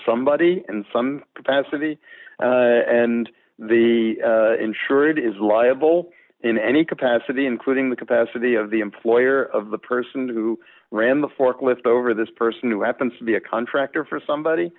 somebody in some capacity and the insured is liable in any capacity including the capacity of the employer of the person who ran the forklift over this person who happens to be a contractor for somebody